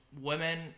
women